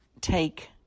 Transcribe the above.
take